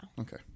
Okay